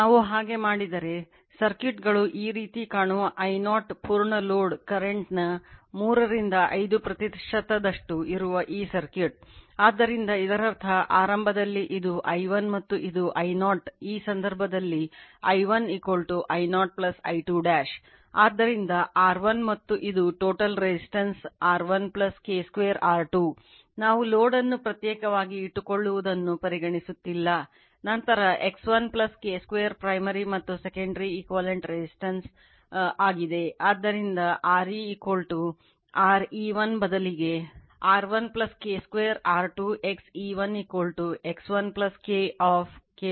ನಾವು ಹಾಗೆ ಮಾಡಿದರೆ ಸರ್ಕ್ಯೂಟ್ಗಳು ಈ ರೀತಿ ಕಾಣುವ I0 ಪೂರ್ಣ ಲೋಡ್ current ವಾಗಿದೆ ಆದ್ದರಿಂದ Re RE1 ಬದಲಿಗೆ R1 K 2 R2 XE1 X1 K of K 2 X2